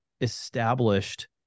established